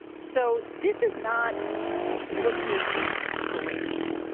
so this is not looking great